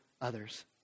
others